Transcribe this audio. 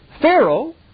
Pharaoh